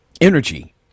Energy